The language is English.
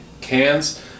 cans